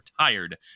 retired